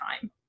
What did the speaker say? time